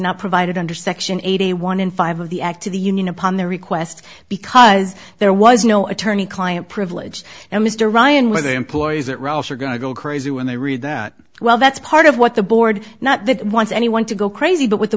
not provided under section eighty one in five of the act to the union upon the request because there was no attorney client privilege and mr ryan with employees that roles are going to go crazy when they read that well that's part of what the board not that wants anyone to go crazy but with the